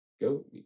go